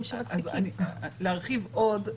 להרחיב עוד,